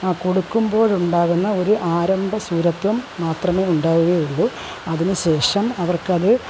കൊടുക്കുമ്പോഴുണ്ടാകുന്ന ഒരു ആരംഭ ശൂരത്വം മാത്രമേ ഉണ്ടാവുകയുള്ളൂ അതിനുശേഷം അവർക്കത്